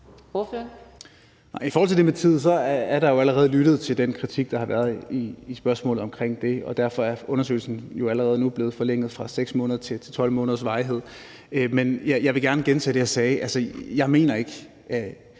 I forhold til det med tid er der jo allerede lyttet til den kritik, der har været, og derfor er undersøgelsen jo allerede nu blevet forlænget fra 6 måneder til 12 måneders varighed. Men jeg vil gerne gentage det, jeg sagde: Jeg mener ikke,